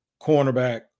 cornerback